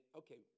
okay